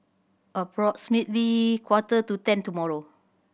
approximately quarter to ten tomorrow